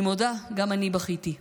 אני מודה, גם אני בכיתי.